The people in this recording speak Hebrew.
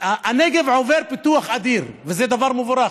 הנגב עובר פיתוח אדיר, וזה דבר מבורך,